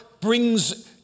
brings